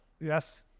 yes